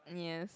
yes